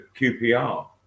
QPR